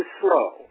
slow